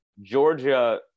Georgia